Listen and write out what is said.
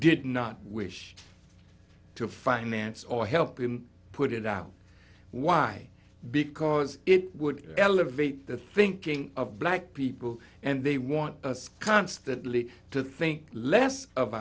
did not wish to finance or help him put it out why because it would elevate the thinking of black people and they want us constantly to think less of